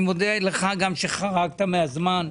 אני מודה לך גם שחרגת מהזמן.